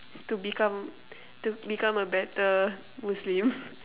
to become to become a better Muslim